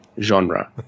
genre